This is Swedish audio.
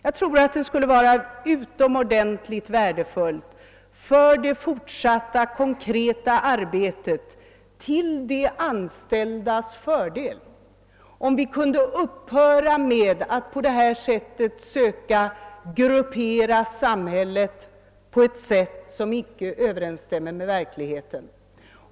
Jag tror det skulle vara utomordentligt värdefullt för det fortsatta konkreta arbetet för de anställdas bästa, om vi kunde upphöra att söka åstadkomma grupperingar i samhället på ett sätt som inte överensstämmer med verkligheten.